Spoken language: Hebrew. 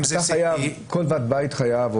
אם זה CT --- כל ועד בית חייב,